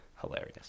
hilarious